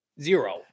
Zero